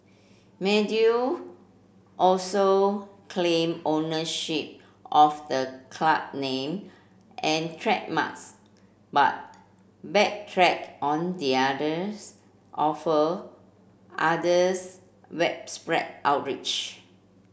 also claimed ownership of the club name and trademarks but backtracked on the others offer others outrage